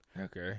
Okay